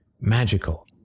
magical